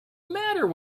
matter